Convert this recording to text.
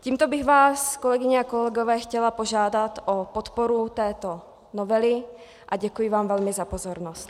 Tímto bych vás, kolegyně a kolegové, chtěla požádat o podporu této novely a děkuji vám velmi za pozornost.